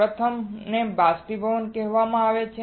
પ્રથમને બાષ્પીભવન કહેવામાં આવે છે